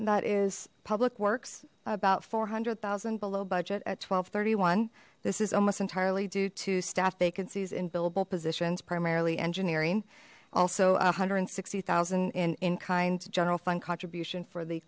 that is public works about four hundred zero below budget at twelve thirty one this is almost entirely due to staff vacancies in billable positions primarily engineering also a hundred and sixty thousand in in kind general fund contribution for the